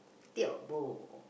tiao bo